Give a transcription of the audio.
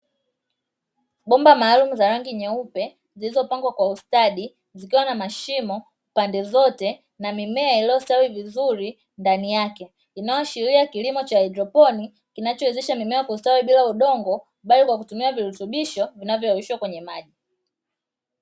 Bomba maalumu za rangi nyeupe, zilizopangwa Kwa ustadi zikiwa na mashimo pande zote na mimea iliyostawi vizuri ndani yake, ikiashiria kilimo cha haidroponi kinachowezesha mimea kustawi bila udongo, bali kwa kutumia virutubisho vilivyoyeyushwa kwenye maji.